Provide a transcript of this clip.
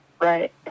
Right